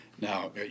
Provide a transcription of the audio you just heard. Now